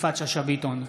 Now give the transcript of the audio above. יפעת שאשא ביטון,